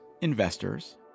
investors